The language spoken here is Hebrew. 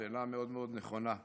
השאלה מאוד מאוד נכונה.